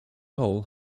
hole